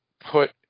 put